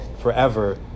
forever